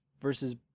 versus